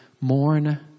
mourn